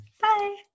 bye